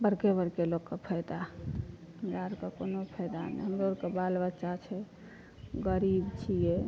बड़के बड़के लोगके फायदा हमरा अरके कोनो फायदा नहि हमरो आरके बाल बच्चा छै गरीब छियै